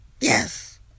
Yes